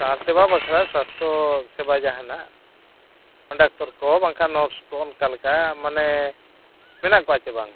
ᱥᱮᱵᱟ ᱵᱟᱠᱷᱨᱟ ᱥᱟᱥᱛᱷᱚ ᱥᱮᱵᱟ ᱡᱟᱦᱟ ᱱᱟᱦᱟᱜ ᱰᱟᱠᱛᱚᱨ ᱠᱚ ᱵᱟᱝᱠᱷᱟᱱ ᱱᱟᱨᱥ ᱠᱚ ᱚᱱᱠᱟ ᱞᱮᱠᱟ ᱢᱟᱱᱮ ᱢᱮᱱᱟᱜ ᱠᱚᱣᱟ ᱪᱮ ᱵᱟᱝ